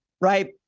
right